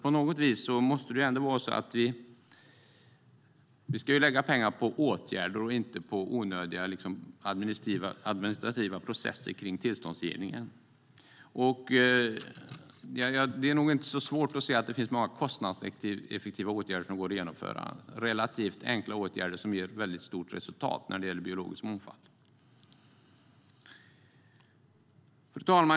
På något sätt ska pengar läggas på åtgärder och inte på onödiga administrativa processer runt tillståndsgivningen. Det är nog inte så svårt att se att det finns många kostnadseffektiva åtgärder som går att vidta. Det är fråga om relativt enkla åtgärder som ger ett stort resultat i fråga om biologisk mångfald. Fru talman!